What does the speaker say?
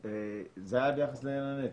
זה היה ביחס ל"עין הנץ",